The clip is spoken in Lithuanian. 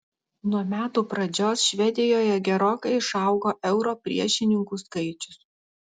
nuo metų pradžios švedijoje gerokai išaugo euro priešininkų skaičius